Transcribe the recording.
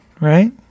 right